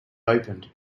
opened